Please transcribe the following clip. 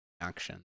action